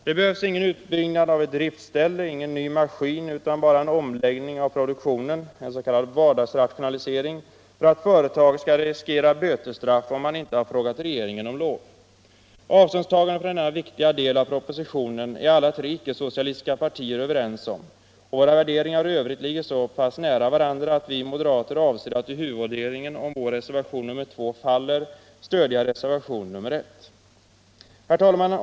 Det behövs ingen utbyggnad av ett driftställe, ingen ny maskin utan bara en omläggning av produktionen — en s.k. vardagsrationalisering — för att ett företag skall riskera bötesstraff om det inte har frågat regeringen om lov. Avståndstagandet från denna viktiga del av propositionen är alla tre icke-socialistiska partier överens om, och våra värderingar i övrigt ligger så pass nära varandra att vi moderater avser att i huvudvoteringen, om vår reservation nr 2 faller, stödja reservationen 1. Herr talman!